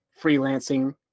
freelancing